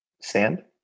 Sand